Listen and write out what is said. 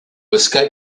escape